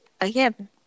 Again